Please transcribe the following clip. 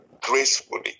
gracefully